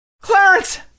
Clarence